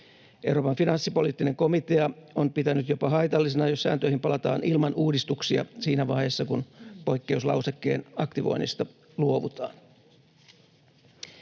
Euroopan finanssipoliittinen komitea on pitänyt jopa haitallisena, jos sääntöihin palataan ilman uudistuksia siinä vaiheessa, kun poikkeuslausekkeen aktivoinnista luovutaan.